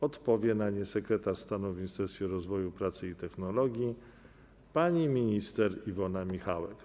Odpowie na nie sekretarz stanu w Ministerstwie Rozwoju, Pracy i Technologii pani minister Iwona Michałek.